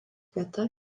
vieta